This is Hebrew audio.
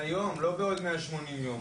מהיום לא בעוד 180 יום.